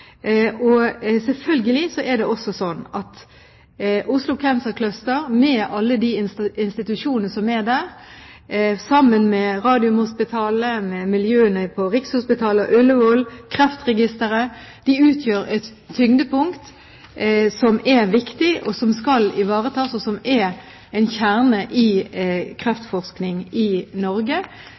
Selvfølgelig er det også slik at Oslo Cancer Cluster med alle de institusjonene som er der, sammen med Radiumhospitalet, med miljøene på Rikshospitalet, Ullevål og Kreftregisteret utgjør et tyngdepunkt som er viktig, og som skal ivaretas, og som er en kjerne i kreftforskningen i Norge.